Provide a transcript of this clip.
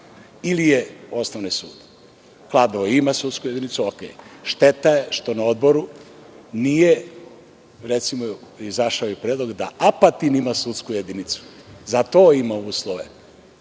iz ugla građana. Kladovo ima sudsku jedinicu ok. Šteta je što na Odboru nije, recimo, izašao je predlog da Apatin ima sudsku jedinicu, za to ima uslove.